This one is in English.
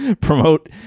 promote